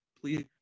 Please